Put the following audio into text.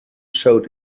showed